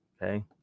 Okay